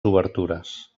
obertures